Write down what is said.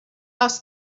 ask